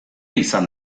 izan